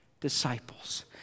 disciples